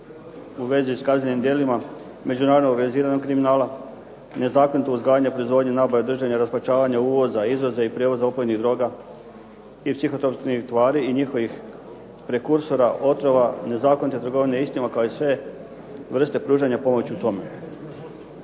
u vezi s kaznenim djelima međunarodnog organiziranog kriminala, nezakonito uzgajanje i proizvodnje, nabave, držanje, raspačavanje, uvoza ili prijevoza opojnih droga i psihotropnih tvari i njihovih rekursora, otrova nezakonite trgovine istima, kao i sve vrste pružanja pomoći u tome.